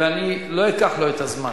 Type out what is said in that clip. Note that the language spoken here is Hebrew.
ואני לא אקח לו את הזמן.